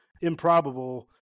improbable